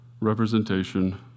representation